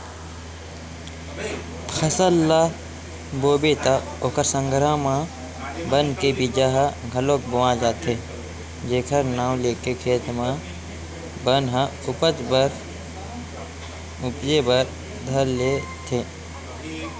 फसल ल बोबे त ओखर संघरा म बन के बीजा ह घलोक बोवा जाथे जेखर नांव लेके खेत म बन ह उपजे बर धर लेथे